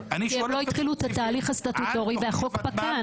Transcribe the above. כי הם לא התחילו את התהליך הסטטוטורי והחוק פקע.